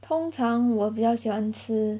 通常我比较喜欢吃